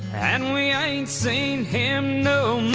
and we ain't seen him no